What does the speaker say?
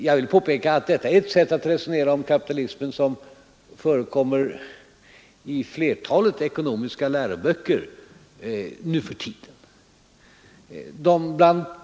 Jag vill påpeka att detta är ett sätt att resonera om kapitalismen som förekommer i flertalet ekonomiska läroböcker nu för tiden.